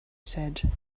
said